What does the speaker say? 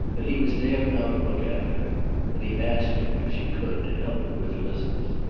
that he was there now to look after him and he asked her, if she could, to help him with elizabeth.